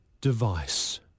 device